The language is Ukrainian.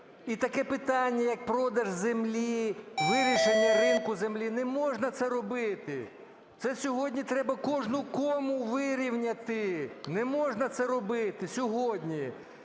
і таке питання, як продаж землі, вирішення ринку землі, не можна це робити. Це сьогодні треба кожну кому вирівняти. Не можна це робити сьогодні.